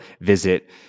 visit